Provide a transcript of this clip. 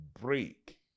break